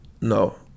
No